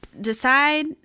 decide